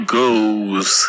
goes